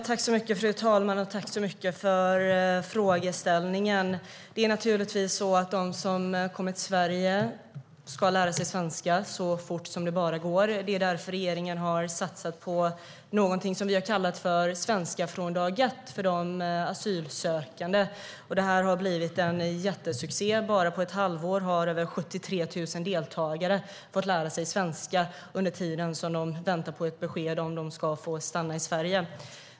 Fru talman! Tack så mycket för frågan! De som kommer till Sverige ska naturligtvis lära sig svenska så fort som det bara går. Det är därför regeringen har satsat på någonting som vi har kallat för svenska från dag ett för de asylsökande. Det har blivit en jättesuccé. Bara på ett halvår har över 73 000 deltagare fått lära sig svenska under tiden som de väntar på ett besked om de ska få stanna i Sverige.